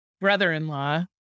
brother-in-law